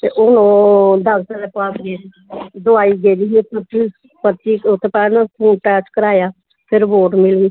ते ओह् डाक्टर दै पास गेदी ही दवाई गी गेदे ही पुज्ज पर्ची टैस्ट कराया फिर रिपोर्ट मिली